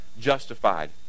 justified